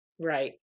Right